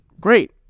great